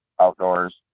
outdoors